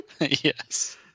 Yes